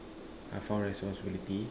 I found responsibility